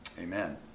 amen